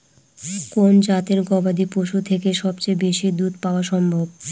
কোন জাতের গবাদী পশু থেকে সবচেয়ে বেশি দুধ পাওয়া সম্ভব?